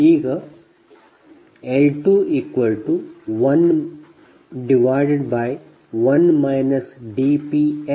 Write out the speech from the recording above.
ಈಗ L211 dPLdPg211